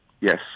Yes